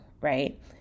right